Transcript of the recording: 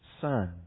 son